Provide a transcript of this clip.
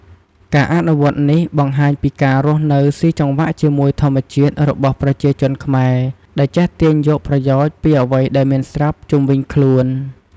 ការអនុវត្តនេះបង្ហាញពី ការរស់នៅស៊ីចង្វាក់ជាមួយធម្មជាតិ របស់ប្រជាជនខ្មែរ ដែលចេះទាញយកប្រយោជន៍ពីអ្វីដែលមានស្រាប់ជុំវិញខ្លួន។